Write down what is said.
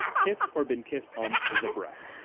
kiss or been kissed on the breasts.